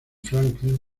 franklin